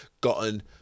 gotten